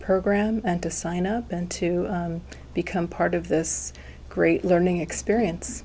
program and to sign up and to become part of this great learning experience